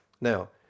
Now